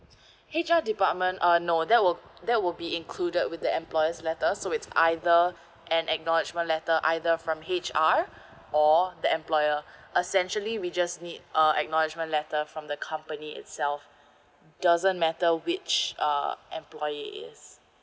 H_R department uh no that will that will be included with the employers letter so it's either an acknowledgement letter either from H_R or the employer essentially we just need a acknowledgement letter from the company itself doesn't matter which uh employer it is